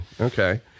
Okay